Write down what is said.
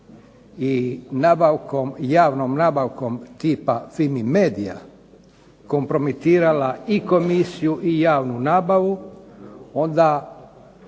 djelovanjem i nabavkom tipa FIMA Media kompromitirala i komisiju i javnu nabavu, onda